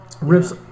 Rips